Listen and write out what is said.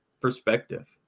perspective